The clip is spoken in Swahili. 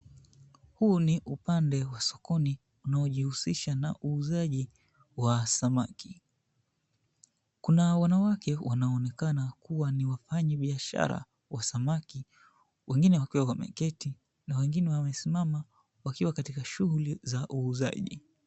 Huu ni upande wa sokoni unaojihusisha na uuzaji wa samaki, kuna wanawake wanaonekana kuwa ni wafanyi biashara wa samaki wengine wakiwa wameketi na wengine wamesimama wakiwa katika shughuli za uuzaji.